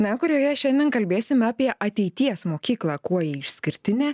na kurioje šiandien kalbėsim apie ateities mokyklą kuo ji išskirtinė